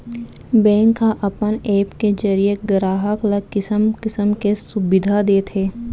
bank ह अपन app के जरिये गराहक ल किसम किसम के सुबिधा देत हे